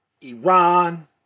Iran